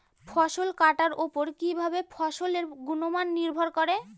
ফসল কাটার উপর কিভাবে ফসলের গুণমান নির্ভর করে?